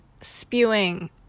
spewing